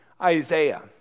Isaiah